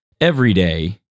everyday